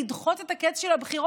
לדחות את הקץ של הבחירות,